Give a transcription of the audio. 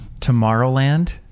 Tomorrowland